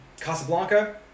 Casablanca